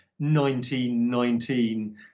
1919